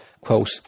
quote